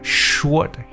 short